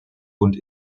und